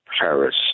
Paris